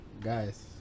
guys